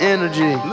Energy